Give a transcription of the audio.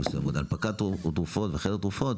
--- הנפקת תרופות וחדר תרופות,